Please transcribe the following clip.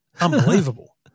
Unbelievable